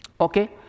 okay